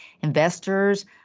investors